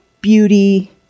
beauty